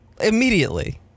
immediately